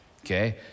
okay